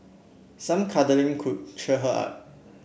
some cuddling could cheer her up